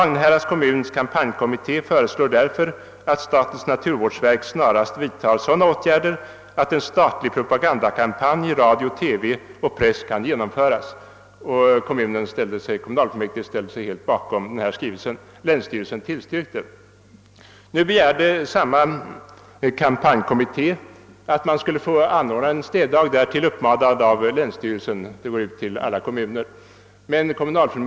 Vagnhärads kommuns kampanjkommitté föreslår därför att Statens Naturvårdsverk snarast vidtar sådana åtgärder att en statlig propagandakampanj i radio, TV och press kan genomföras.» Kommunalfullmäktige ställde sig helt bakom denna skrivelse och länsstyrelsen tillstyrkte förslaget. Samma kampanjkommitté begärde nu att man skulle få anordna en städdag i vår, därtill uppmanad av länsstyrelsen. En sådan uppmaning går ut till alla kommuner i Sörmland.